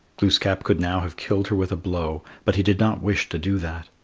glooskap could now have killed her with a blow, but he did not wish to do that.